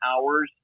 hours